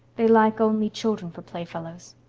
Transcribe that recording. they like only children for playfellows.